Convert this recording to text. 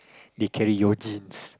they carry your genes